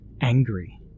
Angry